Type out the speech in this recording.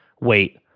Wait